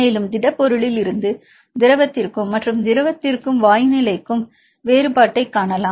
மேலும் திடப்பொருளிலிருந்து திரவத்திற்கும் மற்றும் திரவத்திற்கும் வாயு நிலைக்கு வேறுபாட்டைக் காணலாம்